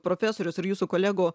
profesorius ir jūsų kolegų